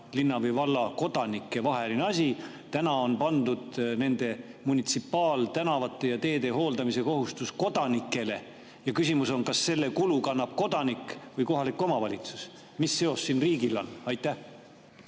linna või valla kodanike vaheline asi. Täna on pandud munitsipaaltänavate ja teede hooldamise kohustus kodanikele ja küsimus on, kas selle kulu kannab kodanik või kohalik omavalitsus. Mis seos siin riigiga on? Aitäh!